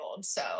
So-